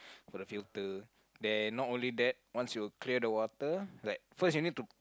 for the filter then not only that once you clear the water like first you need to